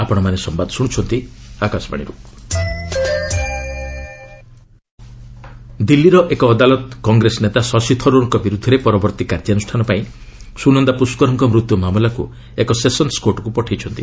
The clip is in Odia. କୋର୍ଟ ସ୍ଥନନ୍ଦା କେଶ୍ ଦିଲ୍ଲୀର ଏକ ଅଦାଲତ କଂଗ୍ରେସ ନେତା ଶଶି ଥରୁର୍କ ବିରୁଦ୍ଧରେ ପରବର୍ତ୍ତୀ କାର୍ଯ୍ୟାନୁଷାନ ପାଇଁ ସୁନନ୍ଦା ପୁଷ୍କରଙ୍କ ମୃତ୍ୟୁ ମାମଲାକୁ ଏକ ସେସନ୍ସ କୋର୍ଟକୁ ପଠାଇଛନ୍ତି